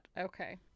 okay